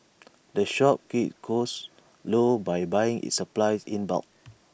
the shop keeps costs low by buying its supplies in bulk